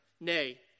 nay